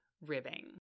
ribbing